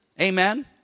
Amen